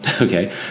Okay